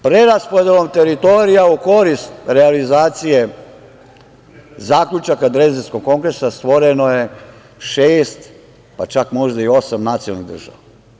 Preraspodelom teritorija u korist realizacije zaključaka Drezdenskog kongresa stvoreno je šest, pa čak možda i osam nacionalnih država.